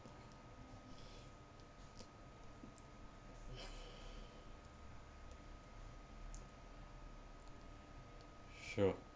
sure